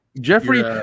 Jeffrey